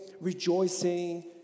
rejoicing